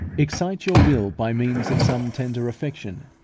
excite your will by means of some tender affection,